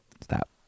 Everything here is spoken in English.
Stop